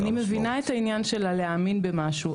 אני מבינה את העניין של הלהאמין במשהו,